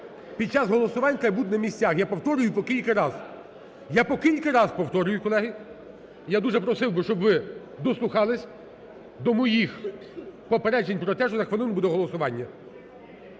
Під час голосувань треба бути на місцях, я повторюю по кілька раз, я по кілька раз повторюю, колеги. Я дуже просив би, щоб ви дослухались до моїх попереджень про те, що за хвилину буде голосування.